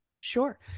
Sure